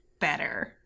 better